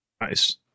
Nice